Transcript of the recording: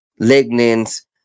lignins